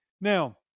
Now